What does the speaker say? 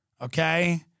Okay